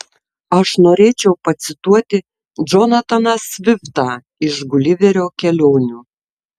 aš norėčiau pacituoti džonataną sviftą iš guliverio kelionių